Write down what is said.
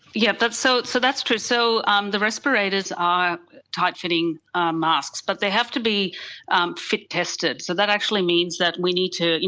yeah that's so so that's true, so um the respirators are tight-fitting masks, but they have to be um fit-tested, so that actually means that we need to,